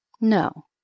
No